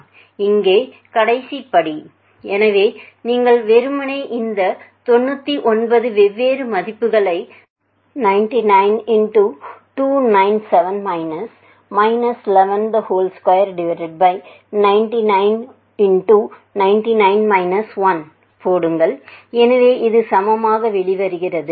இங்கே கடைசிப் படி எனவே நீங்கள் வெறுமனே இந்த 99 வெவ்வேறு மதிப்புககளை 99297 299 போடுங்கள் எனவே இது சமமாக வெளிவருகிறது